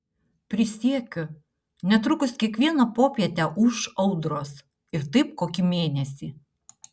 prisiekiu netrukus kiekvieną popietę ūš audros ir taip kokį mėnesį